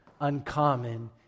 uncommon